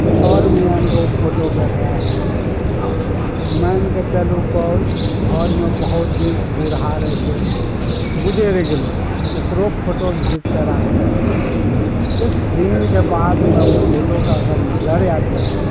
ओ घरमे आनि कऽ ओ फोटोके राखि देलियै मानि कऽ चलू कोइ घरमे बहुत दिन बुढ़ा रहै कोइ गुजरि गेलै ओकरो फोटो घीच कऽ राखने छियै किछु दिनके बादमे ओ फोटोके अगर नजर आबि जाइ छै